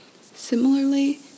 Similarly